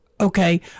okay